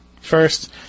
first